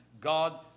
God